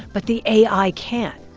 but the ai can.